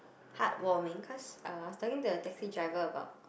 heartwarming cause uh was talking to a taxi driver about